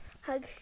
Hug